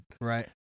Right